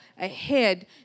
ahead